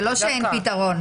זה לא שאין פתרון.